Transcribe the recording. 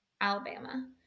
Alabama